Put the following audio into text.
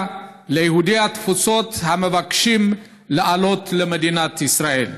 ליהודי התפוצות המבקשים לעלות למדינת ישראל.